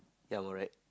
yeah I'm alright